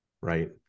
right